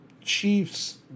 Chiefs